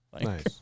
Nice